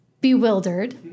bewildered